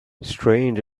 strange